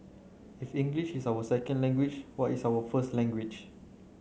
if English is our second language what is our first language